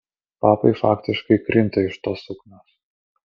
papai faktiškai krinta iš tos suknios